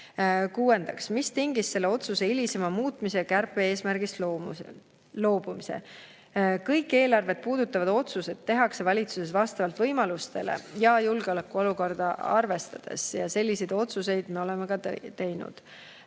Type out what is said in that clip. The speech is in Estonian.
Kuuendaks: "Mis tingis selle otsuse hilisema muutmise ja kärpe-eesmärgist loobumise?" Kõik eelarvet puudutavad otsused tehakse valitsuses vastavalt võimalustele ja julgeolekuolukorda arvestades. Selliseid otsuseid me oleme ka teinud.